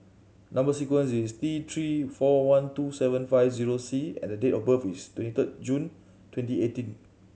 number sequence is T Three four one two seven five zero C and the date of birth is twenty third June twenty eighteen